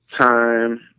time